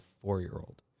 four-year-old